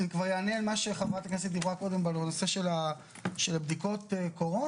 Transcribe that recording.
כבר יענה על מה שחברת הכנסת דיברה קודם בנושא של בדיקות הקורונה,